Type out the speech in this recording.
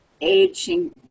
aging